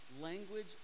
language